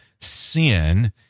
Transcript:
sin